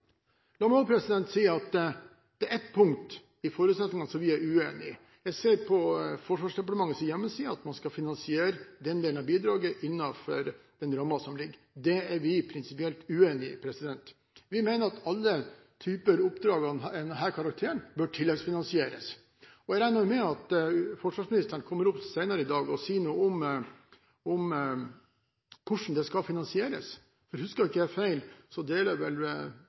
La meg også si at det er ett punkt i forutsetningene vi er uenig i. Jeg ser på Forsvarsdepartementets hjemmeside at man skal finansiere den delen av bidraget innenfor den rammen som ligger. Det er vi prinsipielt uenig i. Vi mener at alle oppdrag av denne karakter bør tilleggsfinansieres. Jeg regner med at forsvarsministeren kommer opp hit senere i dag og sier noe om hvordan det skal finansieres. Hvis jeg ikke husker feil, deler jeg vel tankerekken til komiteens leder, om at hvis det er